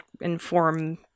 inform